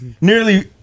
Nearly